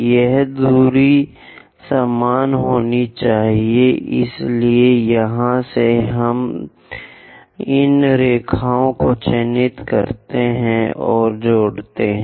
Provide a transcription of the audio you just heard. यह दूरी समान होनी चाहिए इसलिए यहां से हम इन रेखाओं को चिह्नित करते हैं और जुड़ते हैं